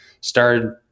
started